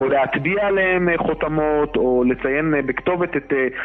או להטביע עליהם חותמות, או לציין בכתובת את...